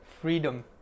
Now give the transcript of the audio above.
freedom